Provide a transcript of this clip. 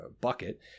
bucket